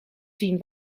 zien